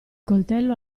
coltello